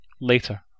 later